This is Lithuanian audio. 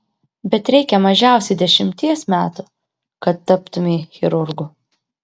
bet reikia mažiausiai dešimties metų kad taptumei chirurgu